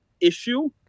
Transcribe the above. issue